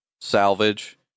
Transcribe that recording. Salvage